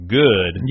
good